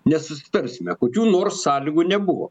nesusitarsime kokių nors sąlygų nebuvo